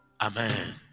Amen